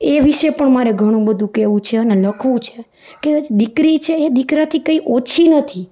એ વિષે પણ મારે ઘણું બધું કહેવું છે અને લખવું છે કે આજ દીકરી છે એ દીકરાથી કંઇ ઓછી નથી